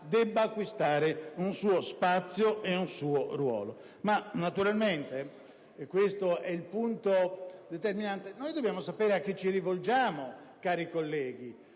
libertà acquisti un suo spazio e un suo ruolo. Naturalmente - questo è il punto determinante - dobbiamo sapere a chi ci rivolgiamo, cari colleghi: